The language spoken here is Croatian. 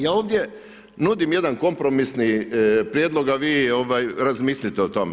Ja ovdje nudim jedan kompromisni prijedlog, a vi razmislite o tome.